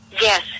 yes